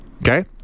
okay